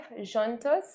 Juntos